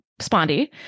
spondy